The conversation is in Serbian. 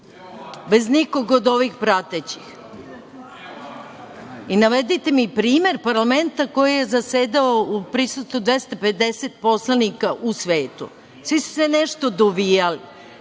bez pratećih? Navedite mi primer parlamenta koji je zasedao u prisustvu 250 poslanika u svetu. Svi su se nešto dovijali.